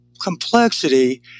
complexity